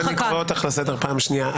אני קורא אותך לסדר פעם ראשונה.